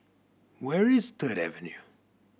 where is Third Avenue